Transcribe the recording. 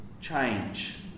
change